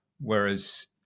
whereas